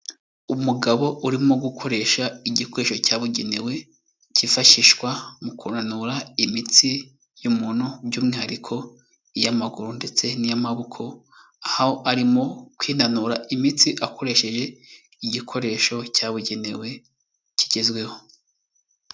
Umugabo urimo gukoresha igikoresho cyabugenewe kifashishwa mu kunanura imitsi y'umuntu by'umwihariko iy'amaguru ndetse n'iy'amaboko. Aho arimo kwinanura imitsi akoresheje igikoresho cyabugenewe kigezweho.